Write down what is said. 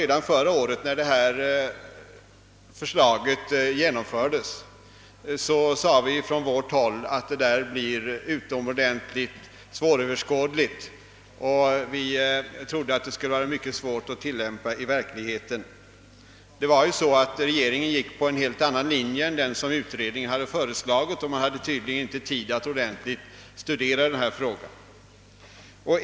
Redan förra året när detta förslag genomfördes sade vi att vi trodde att denna lagstiftning skulle bli utomordentligt svåröverskådlig och att det skulle bli mycket svårt att tillämpa bestämmelserna. Regeringen följde en helt annan linje än den som utredningen har föreslagit; man har tydligen inte tid att ordentligt studera frågan.